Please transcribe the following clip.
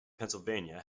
pennsylvania